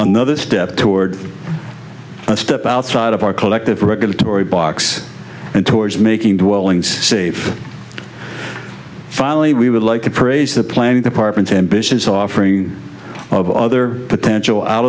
another step toward a step outside of our collective regulatory box and towards making dwellings safe finally we would like to praise the planning department ambitious offering of other potential out